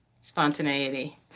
Spontaneity